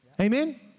Amen